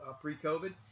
pre-COVID